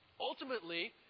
ultimately